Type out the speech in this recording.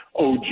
OJ